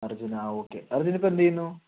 അർജുൻ ആ ഓക്കെ അർജുൻ ഇപ്പോൾ എന്ത് ചെയ്യുന്നു